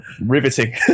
riveting